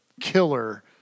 killer